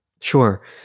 Sure